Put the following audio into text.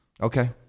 Okay